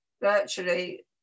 virtually